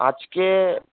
আজকে